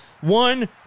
One